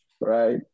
right